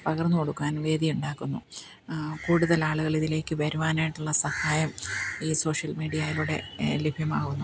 പകർന്നുകൊടുക്കുവാൻ വേദി ഉണ്ടാക്കുന്നു ആ കൂടുതൽ ആളുകൾ ഇതിലേക്ക് വരുവാനായിട്ടുള്ള സഹായം ഈ സോഷ്യൽ മീഡിയയിലൂടെ ലഭ്യമാകുന്നു